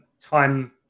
time